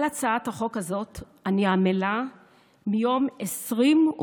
על הצעת החוק הזאת אני עמלה מיום 28